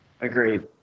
Agreed